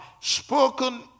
spoken